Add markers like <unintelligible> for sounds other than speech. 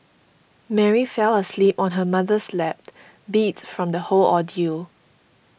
Mary fell asleep on her mother's lap <unintelligible> beat from the whole ordeal